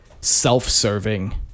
self-serving